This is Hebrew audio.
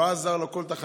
לא עזרו לו כל תחנוניו.